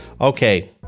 Okay